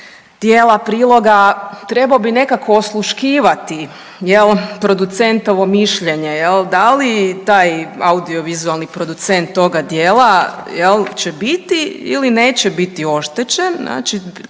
dijela priloga trebao bi nekako osluškivati producentovo mišljenje da li taj audio vizualni producent toga dijela će biti ili neće biti oštećen,